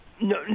No